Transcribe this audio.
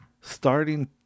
starting